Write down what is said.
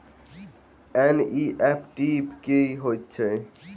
NEFT की होइत अछि?